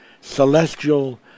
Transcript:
celestial